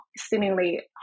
seemingly